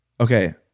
Okay